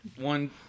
one